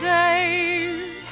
days